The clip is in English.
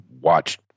watch